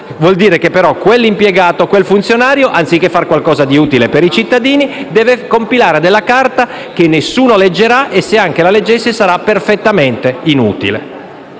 vuol dire che quell'impiegato o quel funzionario, anziché fare qualcosa di utile per i cittadini, dovrà compilare dei tagli che nessuno leggerà e che, se anche qualcuno li leggesse, sarebbe perfettamente inutile.